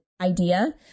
idea